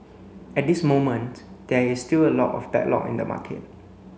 at this moment there is still a lot of backlog in the market